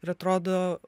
ir atrodo